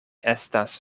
estas